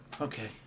Okay